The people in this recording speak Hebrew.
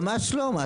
ממש לא.